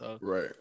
Right